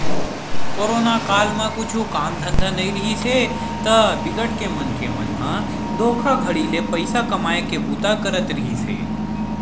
corona काल म कुछु काम धंधा नइ रिहिस हे ता बिकट के मनखे मन ह धोखाघड़ी ले पइसा कमाए के बूता करत रिहिस हे